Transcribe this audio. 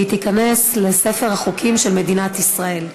והיא תיכנס לספר החוקים של מדינת ישראל.